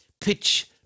pitch